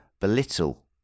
belittle